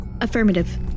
Affirmative